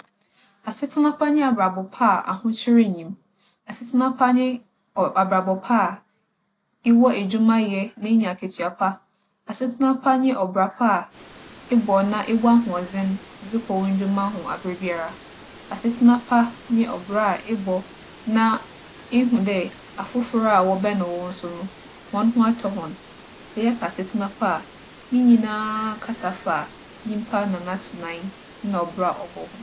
Asetsena pa nye abrabͻ pa a ahokyer nnyi mu. Asetsena pa nye ͻ - abrabͻ pa a ewͻ edwuma yɛ na inya akatua pa. Asetsena pa nye ͻbra pa a ebͻ na ewͻ ahoͻdzen dze kͻ wo ndwuma ho aberbiara. Asetsena pa nye ͻbra a ebͻ na ihu dɛ afofor a wͻbɛn wo so no, hͻnho atͻ hͻn. Sɛ yɛka asetsena pa a, ne nyina kasa fa nyimpa na n'atsenae nna ͻbra a ͻbͻ ho.